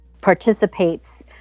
participates